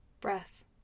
Breath